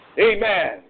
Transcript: Amen